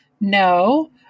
No